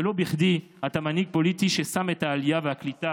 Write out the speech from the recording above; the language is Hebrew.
ולא בכדי אתה מנהיג פוליטי ששם את העלייה והקליטה,